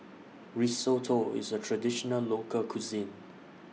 Risotto IS A Traditional Local Cuisine